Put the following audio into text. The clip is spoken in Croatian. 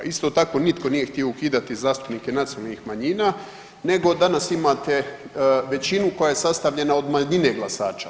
Isto tako nitko nije htio ukidati zastupnike nacionalnih manjina, nego danas imate većinu koja je sastavljena od manjine glasača.